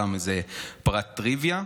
זה סתם איזה פרט טריוויה.